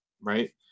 right